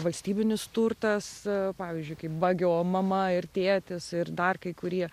valstybinis turtas pavyzdžiui kaip bagio mama ir tėtis ir dar kai kurie